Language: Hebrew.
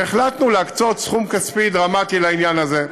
והחלטנו להקצות סכום כספי דרמטי לעניין הזה.